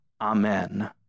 Amen